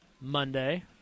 Monday